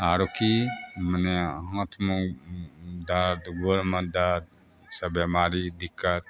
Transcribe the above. आरो की मने हाथमे दर्द गोरमे दर्द सब बेमारी दिक्कत